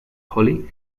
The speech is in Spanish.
holly